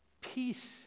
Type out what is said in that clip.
Peace